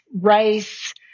rice